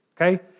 okay